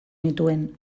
nituen